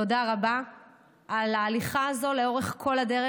תודה רבה על ההליכה הזו לאורך כל הדרך,